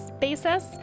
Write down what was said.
basis